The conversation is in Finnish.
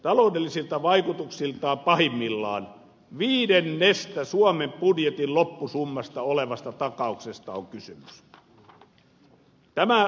taloudellisilta vaikutuksiltaan pahimmillaan viidenneksestä suomen budjetin loppusummasta olevasta takauksesta on kysymys